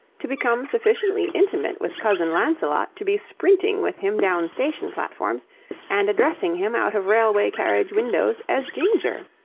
to become sufficiently intimate with cousin lancelot to be sprinting with him down station platforms and addressing him out of railway-carriage windows as ginger?